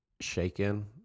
shaken